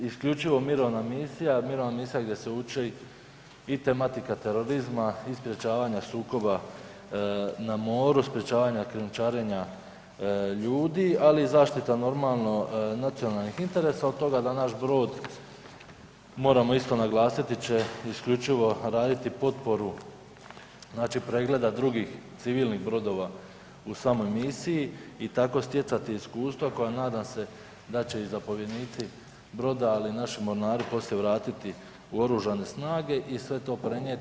Isključivo mirovina misija, mirovna misija gdje se uči i tematika terorizma i sprečavanja sukoba na moru, sprečavanja krijumčarenja ljudi, ali i zaštita nacionalnih interesa od toga da naš brod, moramo isto naglasiti će isključivo raditi potporu pregleda drugih civilnih brodova u samoj misiji i tako stjecati iskustva koja nadam se da će i zapovjednici broda, ali i naši mornari poslije vratiti u oružane snage i sve to prenijeti.